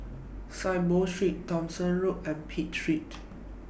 Saiboo Street Thomson Road and Pitt Street